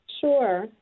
Sure